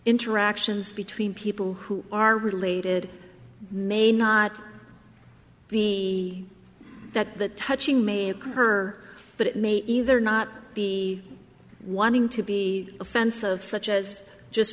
interactions between people who are related may not be that the touching may occur but it may either not be wanting to be offensive such as just